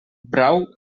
brau